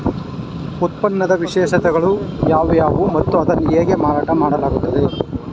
ಉತ್ಪನ್ನದ ವಿಶೇಷತೆಗಳು ಯಾವುವು ಮತ್ತು ಅದನ್ನು ಹೇಗೆ ಮಾರಾಟ ಮಾಡಲಾಗುತ್ತದೆ?